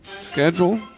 schedule